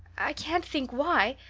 i can't think why.